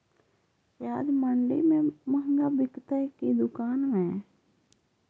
प्याज मंडि में मँहगा बिकते कि दुकान में?